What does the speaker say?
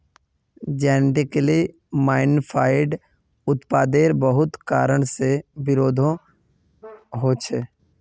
genetically modified उत्पादेर बहुत कारण से विरोधो होछे